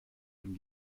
dem